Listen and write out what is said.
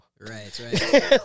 Right